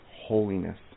holiness